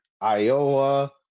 Iowa